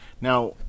Now